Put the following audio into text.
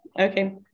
okay